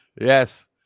yes